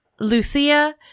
Lucia